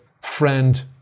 friend